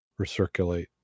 recirculate